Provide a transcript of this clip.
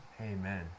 Amen